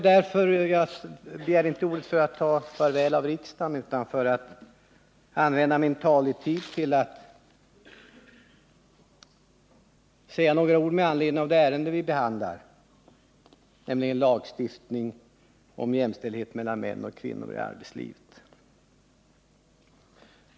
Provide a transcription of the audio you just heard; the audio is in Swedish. Men jag begärde inte ordet för att ta farväl av riksdagen utan föratt använda min taletid till att säga några ord med anledning av det ärende vi behandlar, nämligen lagstiftning om jämställdhet mellan män och kvinnor i arbetslivet.